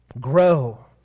Grow